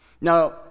Now